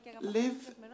live